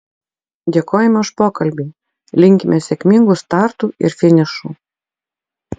dėkojame už pokalbį linkime sėkmingų startų ir finišų